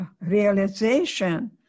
realization